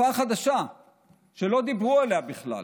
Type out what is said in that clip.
תופעה חדשה שלא דיברו עליה בכלל.